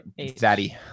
zaddy